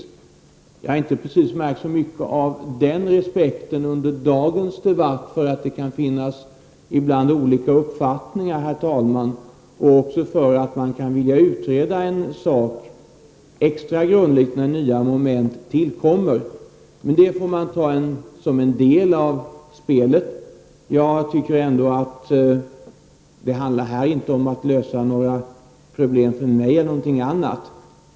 Under dagens debatt har jag inte precis märkt så mycket av respekten för att det ibland kan finnas olika uppfattningar och för att man kan vilja utreda en sak extra grundligt när nya moment tillkommer. Men det får man ta som en del av spelet. Jag tycker ändå att det här inte handlar om att lösa några problem för mig.